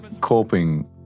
coping